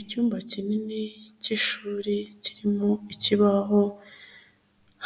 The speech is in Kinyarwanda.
Icyumba kinini cy'ishuri, kirimo ikibaho,